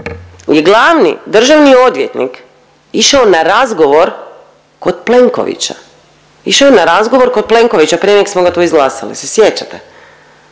je glavni državni odvjetnik išao na razgovor kod Plenkovića, išao je na razgovor kod Plenkovića prije nego smo ga tu izglasali jel se sjećate?